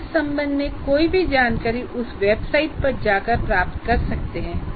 आप इस संबंध कोई भी जानकारी उस वेबसाइट पर जा कर प्राप्त कर सकते है